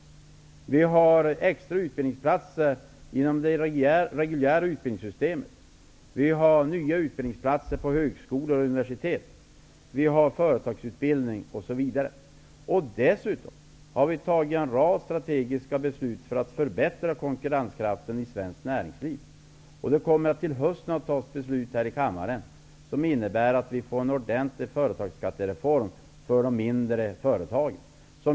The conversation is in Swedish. Vi har inrättat extra utbildningsplatser inom det reguljära utbildningssystemet och nya utbildningsplatser inom högskolor och universitet och vi har infört företagsutbildning. Dessutom har vi fattat en rad strategiska beslut för att förbättra konkurrenskraften i svenskt näringsliv. Till hösten skall kammaren fatta beslut om en ordentlig företagsskattereform för de mindre företagen.